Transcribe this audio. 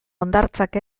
hondartzak